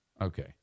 Okay